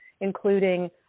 including